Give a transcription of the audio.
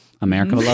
America